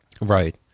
right